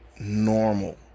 normal